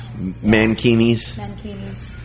Mankinis